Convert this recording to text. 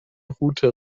rute